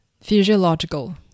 Physiological